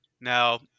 Now